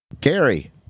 Gary